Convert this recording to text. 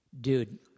dude